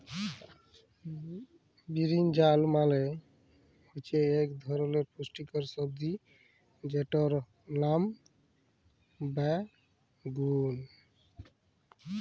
বিরিনজাল মালে হচ্যে ইক ধরলের পুষ্টিকর সবজি যেটর লাম বাগ্যুন